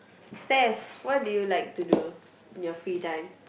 Steph what do you like to do in your free time